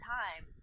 time